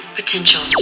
potential